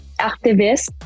activist